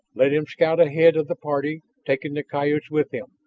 let him scout ahead of the party, taking the coyotes with him.